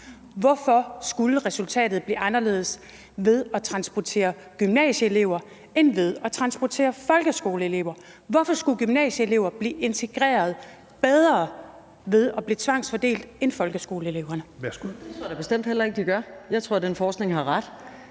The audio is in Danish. Hvorfor skulle resultatet blive anderledes ved at transportere gymnasieelever end ved at transportere folkeskoleelever? Hvorfor skulle gymnasieelever blive integreret bedre ved at blive tvangsfordelt end folkeskoleeleverne? Kl. 16:02 Fjerde næstformand (Rasmus Helveg